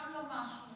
גם לא משהו.